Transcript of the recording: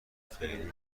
فعلی